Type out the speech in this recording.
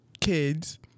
kids